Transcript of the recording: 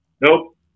Nope